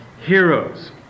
heroes